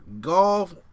golf